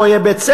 פה יהיה בית-ספר,